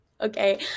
okay